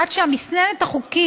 עד שהמסננת החוקית,